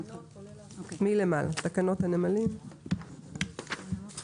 תקנות הנמלים (מניעת